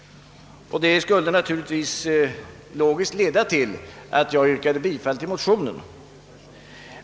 Detta borde naturligtvis logiskt leda till att jag yrkar bifall till motionen.